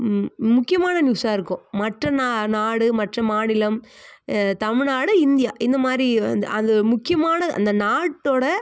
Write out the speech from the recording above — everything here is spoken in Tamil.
முக்கியமான நியூஸ்ஸாக இருக்கும் மற்ற நா நாடு மற்ற மாநிலம் தமிழ்நாடு இந்தியா இந்தமாதிரி வந்து அது முக்கியமான அந்த நாட்டோடய